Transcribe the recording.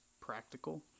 practical